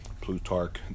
Plutarch